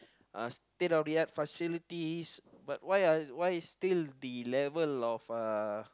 uh state of the art facilities but why uh why still the level of uh